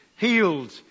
healed